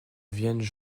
viennent